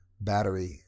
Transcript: battery